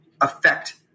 affect